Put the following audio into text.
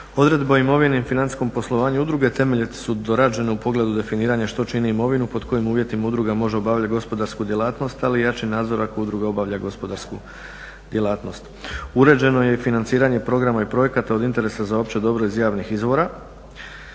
Odredbe o imovini i financijskom poslovanju udruga temeljito su dorađene u pogledu definiranja što čini imovinu, pod kojim uvjetima udruga može obavljati gospodarsku djelatnost ali i jači nadzor ako udruga obavlja gospodarsku djelatnost. Uređeno je i financiranje programa i projekata od interesa za opće dobro iz javnih izvora